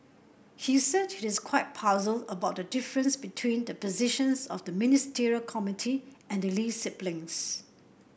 he said he is quite puzzled about the difference between the positions of the Ministerial Committee and the Lee siblings